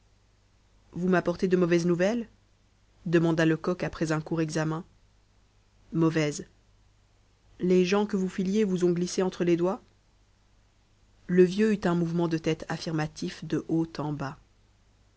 vous m'apportez de mauvaises nouvelles demanda lecoq après un court examen mauvaises les gens que vous filiez vous ont glissé entre les doigts le vieux eut un mouvement de tête affirmatif de haut en bas